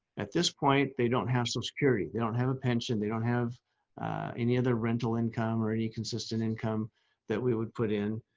at this point, they don't have some security, they don't have a pension, they don't have any other rental income or any consistent income that we would put in.